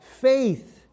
faith